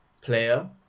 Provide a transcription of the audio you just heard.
player